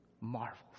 marvels